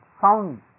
sound